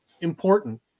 important